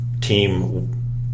team